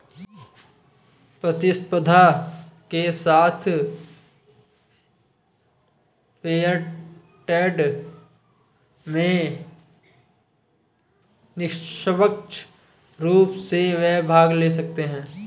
प्रतिस्पर्धा के साथ फेयर ट्रेड में निष्पक्ष रूप से वे भाग ले सकते हैं